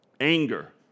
Anger